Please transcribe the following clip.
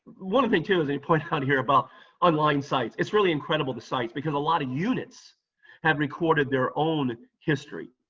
one of the things, too, is and point out here about online sites. it's really incredible the sites because a lot of units have recorded their own history,